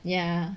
ya